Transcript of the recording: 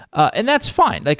and that's fine. like